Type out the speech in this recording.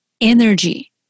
Energy